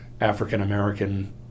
African-American